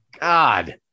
god